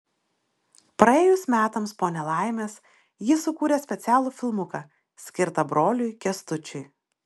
praėjus metams po nelaimės ji sukūrė specialų filmuką skirtą broliui kęstučiui